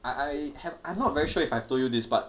I I have I'm not very sure if I've told you this but